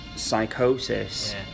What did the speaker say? psychosis